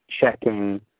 checking